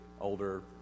older